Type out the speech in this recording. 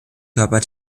körper